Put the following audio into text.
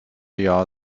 jahr